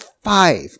five